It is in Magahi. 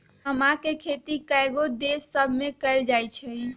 समा के खेती कयगो देश सभमें कएल जाइ छइ